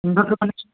inverter connection